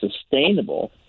sustainable